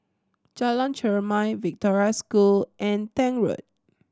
Jalan Chermai Victoria School and Tank Road